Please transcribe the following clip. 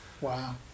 Wow